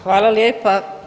Hvala lijepa.